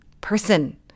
person